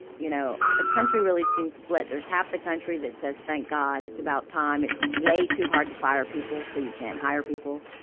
you know, the country really seems split. there's half the country that says, thank god. it's about time. it's way too hard to fire people, so you can't hire people,